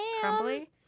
Crumbly